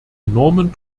enormen